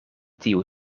tiu